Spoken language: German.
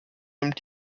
nimmt